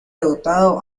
dotado